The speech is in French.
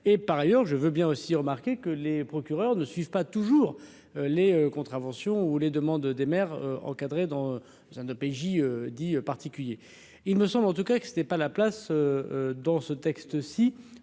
et par ailleurs, je veux bien aussi remarquer que les procureurs ne suivent pas toujours les contraventions ou les demandes des maires encadré dans un OPJ 10 particulier. Il me semble, en tout cas que c'était pas la place dans ce texte